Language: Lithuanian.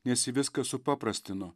nes ji viską supaprastino